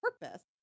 purpose